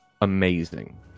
amazing